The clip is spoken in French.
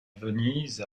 venise